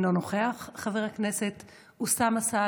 אינו נוכח,